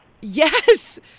Yes